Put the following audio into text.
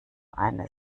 eine